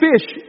fish